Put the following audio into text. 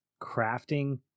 crafting